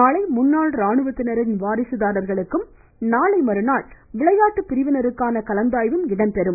நாளை முன்னாள் ராணுவத்தினரின் வாரிசுதாரர்களுக்கும் நாளைமறுநாள் விளையாட்டு பிரிவினருக்கான கலந்தாய்வும் நடைபெறும்